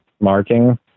marking